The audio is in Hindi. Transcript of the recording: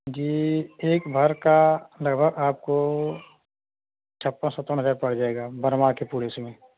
जी एक भार का लगभग आपको छप्पन सत्तावन हजार पड़ जाएगा बनवा के पूरे उसी में